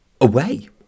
away